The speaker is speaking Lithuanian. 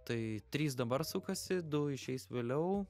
tai trys dabar sukasi du išeis vėliau